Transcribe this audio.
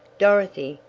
dorothy,